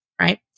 right